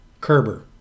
Kerber